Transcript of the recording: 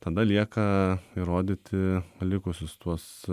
tada lieka įrodyti likusius tuos